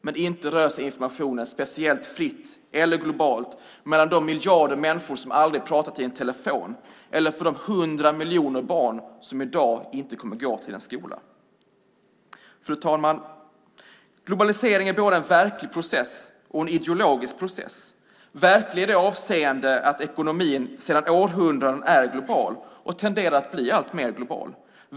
Men inte rör sig informationen speciellt fritt eller globalt mellan de miljarder människor som aldrig har pratat i en telefon eller för de hundra miljoner barn som i dag inte kommer att gå till en skola. Fru talman! Globalisering är både en verklig process och en ideologisk process. Den är verklig i det avseendet att ekonomin sedan århundraden är global och tenderar att bli allt mer global.